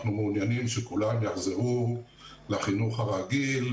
אנחנו מעוניינים שכולם יחזרו לחינוך הרגיל,